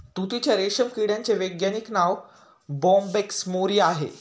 तुतीच्या रेशीम किड्याचे वैज्ञानिक नाव बोंबॅक्स मोरी आहे